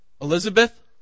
Elizabeth